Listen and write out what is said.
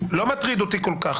החודשים לא מטריד אותי כל כך.